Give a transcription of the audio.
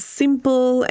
simple